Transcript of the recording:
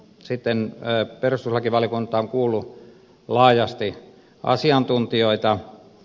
sitten perustuslakivaliokunta on kuullut laajasti asiantuntijoita